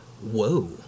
Whoa